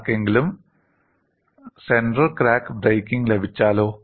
ആർക്കെങ്കിലും centre crack breaking ലഭിച്ചാലോ